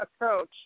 approach